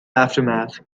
aftermath